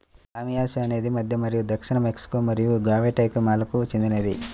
లామియాసి అనేది మధ్య మరియు దక్షిణ మెక్సికో మరియు గ్వాటెమాలాకు చెందినది